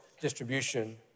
distribution